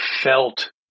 felt